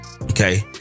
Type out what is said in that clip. Okay